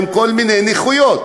עם כל מיני נכויות.